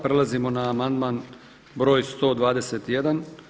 Prelazimo na amandman broj 121.